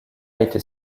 été